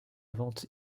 ventes